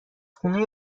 خونه